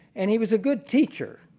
and he was a good teacher.